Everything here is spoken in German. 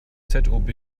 zob